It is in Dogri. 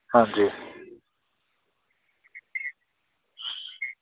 हां जी